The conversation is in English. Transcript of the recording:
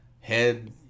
head